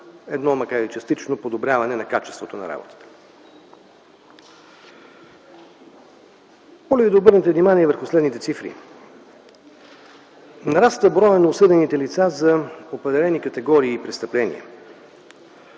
– макар и частично, подобряване на качеството на работата. Моля ви да обърнете внимание върху следните цифри. Нараства броят на осъдените лица за определени категории престъпления.